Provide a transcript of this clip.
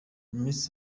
miss